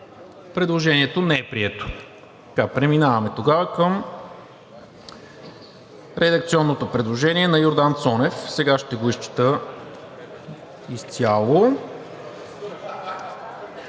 Предложението не е прието. Преминаваме към редакционното предложение на Йордан Цонев. Сега ще го изчета изцяло…